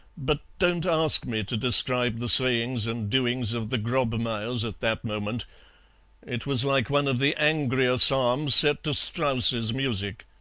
but don't ask me to describe the sayings and doings of the grobmayers at that moment it was like one of the angrier psalms set to strauss's music.